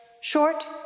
short